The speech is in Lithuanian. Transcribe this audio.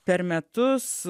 per metus